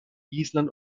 island